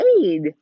aid